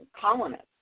colonists